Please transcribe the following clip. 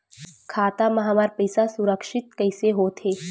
खाता मा हमर पईसा सुरक्षित कइसे हो थे?